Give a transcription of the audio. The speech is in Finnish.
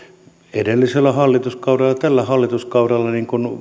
edellisellä hallituskaudella tällä hallituskaudella